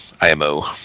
IMO